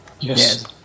Yes